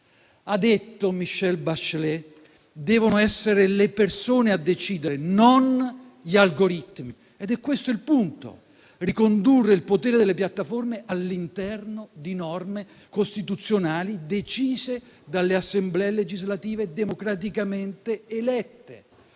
ha detto Michelle Bachelet, devono essere le persone a decidere, non gli algoritmi. Ed è questo il punto: ricondurre il potere delle piattaforme all'interno di norme costituzionali decise dalle assemblee legislative, democraticamente elette.